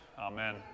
Amen